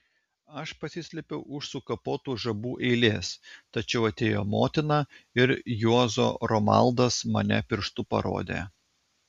aš pasislėpiau už sukapotų žabų eilės tačiau atėjo motina ir juozo romaldas mane pirštu parodė